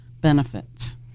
Benefits